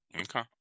Okay